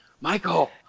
Michael